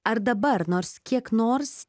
ar dabar nors kiek nors